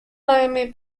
miami